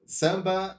samba